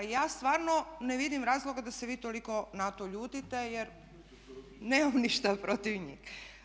I ja stvarno ne vidim razloga da se vi toliko na to ljutite jer nemam ništa protiv njih.